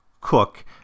cook